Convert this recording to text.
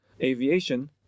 aviation